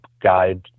guide